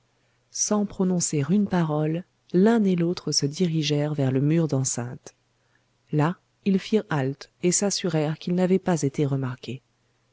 sans prononcer une parole l'un et l'autre se dirigèrent vers le mur d'enceinte là ils firent halte et s'assurèrent qu'ils n'avaient pas été remarqués